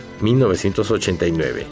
1989